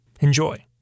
Enjoy